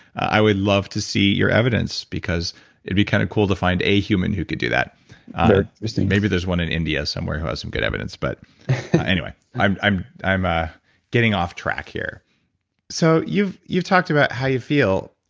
i would love to see your evidence, because it'd be kind of cool to find a human that could do that interesting maybe there's one in india somewhere who has some good evidence. but anyway, i'm i'm ah getting off track here so you've you've talked about how you feel.